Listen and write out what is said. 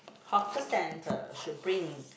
hawker center should bring